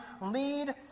lead